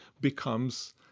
becomes